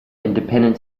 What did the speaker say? independent